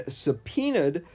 subpoenaed